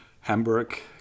hamburg